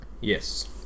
Yes